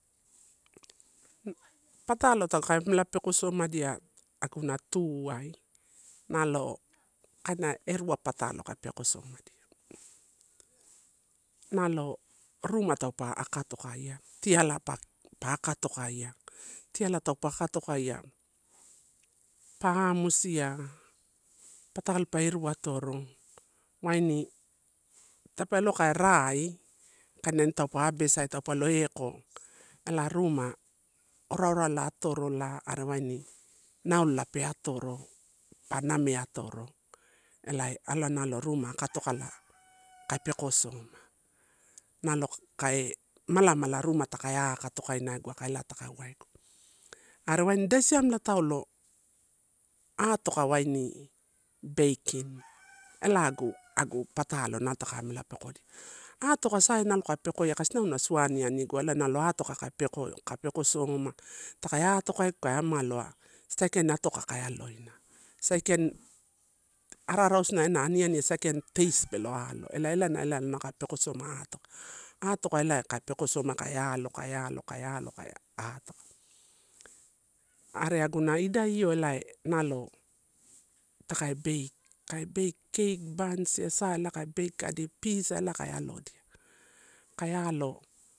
Patalo takae amela peko somadia aguna tu ai, nalo kaina erua patalo nalo kai pekosomddia. Nalo ruma taupe akatokaia, tiala pa akatokaia. tiala taupe akatokaia pa musia, patalo pa iru atoro waini tape lo ka rai, kaina ine taupe abesia taupe lo eko. Ela ruma oraora la atoro la waini naolola pe atoro pa nameatoro ela alai ruma aka to kala kai pek soma, nalo kai mala mala ruma taka akatokaina egu aka elae tokauwaegu. Are waini idai siamela taulo, atoka waini baking ela agu agu patalo nalo taka amela pekodia, atoka saia nalo taka pekoia kasi, inou na sua aniani gu ela nalo atoka peko somaia, taka atokaegu kai amaloa sai kaini atoka ka aloina, sai kaini, ara arasu na ena aniani e sakaini tast pelo alo ela ena elae nalo kai pekosomaia kai alo, kai alo, kai alo, kai alo kai atoka, are aguna idai io ela nalo taka bake, taka bake, cake, buns ia sa ela kai bake, adi pizza elai kai alodia, kai alo.